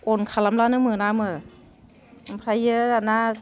अन खालामलानो मोनामो ओमफ्रायो दाना